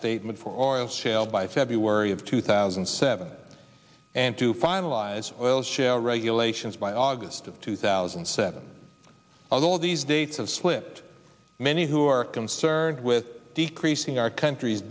statement for oil shale by february of two thousand and seven and to finalize oil shale regulations by august of two thousand and seven although these dates of slipped many who are concerned with decreasing our country's